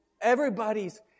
Everybody's